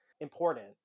important